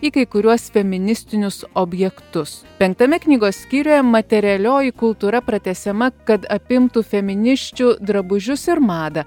į kai kuriuos feministinius objektus penktame knygos skyriuje materialioji kultūra pratęsiama kad apimtų feminisčių drabužius ir madą